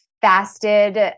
fasted